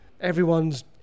everyone's